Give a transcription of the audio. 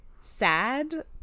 sad